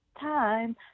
time